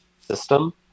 system